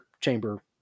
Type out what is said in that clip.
chamber